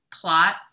plot